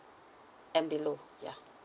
and below ya